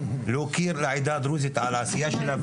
להוקיר לעדה הדרוזית על העשייה ושלה,